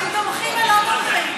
אתם תומכים ולא תומכים.